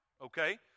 Okay